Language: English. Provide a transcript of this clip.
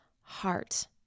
heart